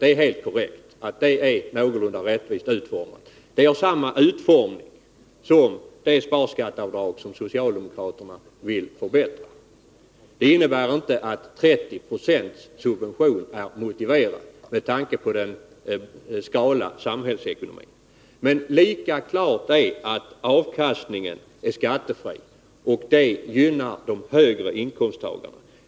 Det är korrekt att det är någorlunda rättvist utformat. Det har samma utformning som det sparskatteavdrag som socialdemokraterna vill förbättra, vilket med tanke på den skrala samhällsekonomin inte innebär att 30 26 subvention är motiverad. Lika klart är att avkastningen är skattefri, och det gynnar personer med högre inkomster.